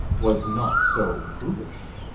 was not so prudish.